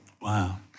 Wow